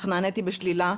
אך נעניתי בשלילה.